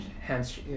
hands